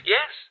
Yes